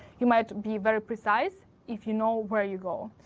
you might be very precise if you know where you go.